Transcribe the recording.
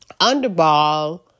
underball